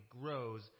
grows